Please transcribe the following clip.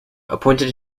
appointed